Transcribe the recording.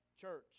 church